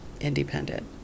independent